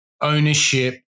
ownership